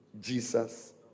Jesus